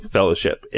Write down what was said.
Fellowship